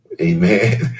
Amen